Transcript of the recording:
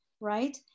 right